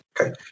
okay